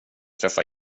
träffa